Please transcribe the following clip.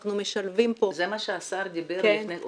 אנחנו משלבים פה --- זה מה שהשר דיבר לפני --- כן.